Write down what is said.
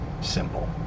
simple